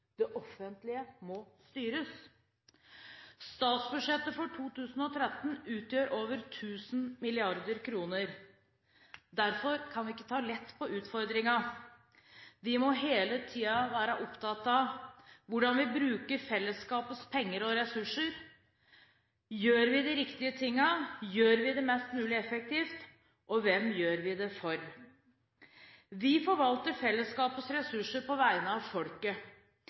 Det offentlige må styres. Statsbudsjettet for 2013 utgjør over tusen milliarder kroner. Derfor kan vi ikke ta lett på utfordringen. Vi må hele tiden være opptatt av dette: Hvordan bruker vi fellesskapets penger og ressurser? Gjør vi de riktige tingene? Gjør vi det mest mulig effektivt? Hvem gjør vi det for? Vi forvalter fellesskapets ressurser på vegne av folket.